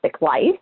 life